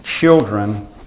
children